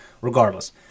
regardless